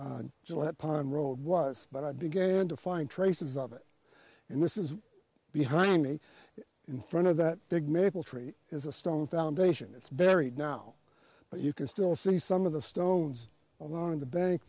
gillette pond road was but i began to find traces of it and this is behind me in front of that big maple tree is a stone foundation it's buried now but you can still see some of the stones on the bank